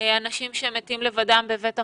אנשים שמתים לבדם בבית החולים,